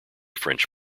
french